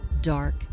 dark